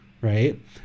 right